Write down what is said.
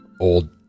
old